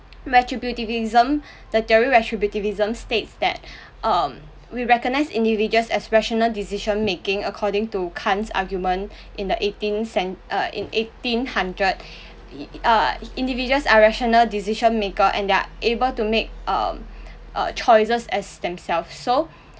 retributivism the theory retributivism states that um we recognise individuals as rational decision making according to kant's argument in the eighteen cent~ uh in eighteen-hundred i~ i~ i~ uh individuals are rational decision-maker and they're able to make um uh choices as themselves so